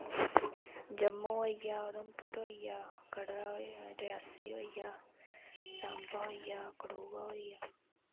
जम्मू होइया उधमपुर होइया कटरा रियासी होइया साम्बा होइया कठुआ होइया